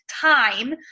time